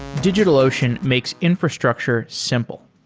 digitalocean makes infrastructure simple.